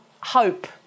Hope